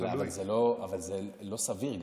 זה לא סביר.